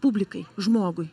publikai žmogui